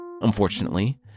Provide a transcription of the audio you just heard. Unfortunately